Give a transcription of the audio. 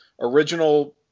original